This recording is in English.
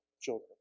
children